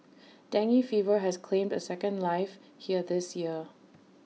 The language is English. dengue fever has claimed A second life here this year